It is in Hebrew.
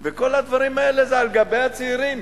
כל הדברים האלה זה על גבי הצעירים.